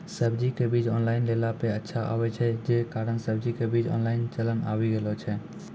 सब्जी के बीज ऑनलाइन लेला पे अच्छा आवे छै, जे कारण सब्जी के बीज ऑनलाइन चलन आवी गेलौ छै?